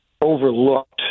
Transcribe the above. overlooked